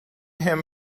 him